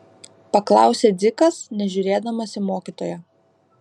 paklausė dzikas nežiūrėdamas į mokytoją